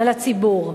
על הציבור.